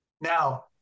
Now